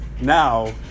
now